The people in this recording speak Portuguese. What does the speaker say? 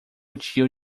tio